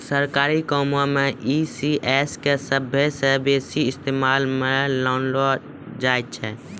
सरकारी कामो मे ई.सी.एस के सभ्भे से बेसी इस्तेमालो मे लानलो जाय छै